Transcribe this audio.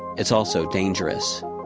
it's also dangerous.